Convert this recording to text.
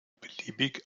beliebig